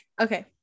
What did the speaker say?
Okay